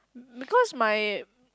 because my